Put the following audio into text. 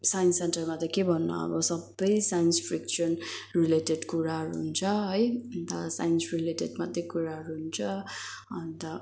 science सेन्टरमा त के भन्नु अब सबै साइन्स फ्रिक्सन रिलेटेड कुराहरू हुन्छ है अन्त साइन्स रिलेटेड मात्रै कुराहरू हुन्छ अन्त